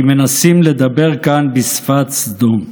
כי מנסים לדבר כאן בשפת סדום.